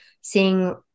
seeing